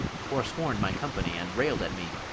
forsworn my company and rail'd at me,